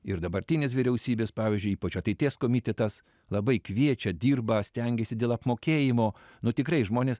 ir dabartinės vyriausybės pavyzdžiui ypač ateities komitetas labai kviečia dirba stengiasi dėl apmokėjimo nu tikrai žmonės